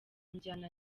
njyana